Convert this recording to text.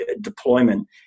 deployment